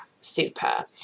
super